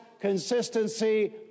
consistency